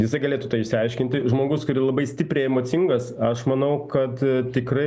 jisai galėtų tai išsiaiškinti žmogus kurį labai stipriai emocingas aš manau kad tikrai